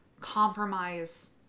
compromise